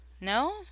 No